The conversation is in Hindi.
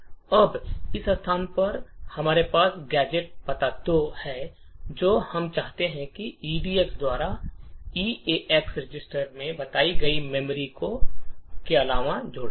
अब इस स्थान पर हमारे पास गैजेट पता 2 है जो हम चाहते हैं और एडेक्स द्वारा ईएक्स रजिस्टर में बताए गए मेमोरी के अलावा जोड़ते हैं